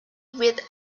with